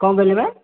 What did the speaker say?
କ'ଣ କହିଲେ ମ୍ୟାମ୍